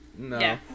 No